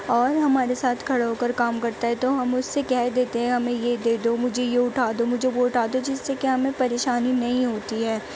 اور ہمارے ساتھ کھڑے ہو کر کام کرتا ہے تو ہم اس سے کہہ دیتے ہیں ہمیں یہ دے دو مجھے یہ اٹھا دو مجھے وہ اٹھا دو جس سے کہ ہمیں پریشانی نہیں ہوتی ہے